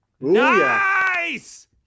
nice